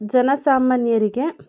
ಜನಸಾಮಾನ್ಯರಿಗೆ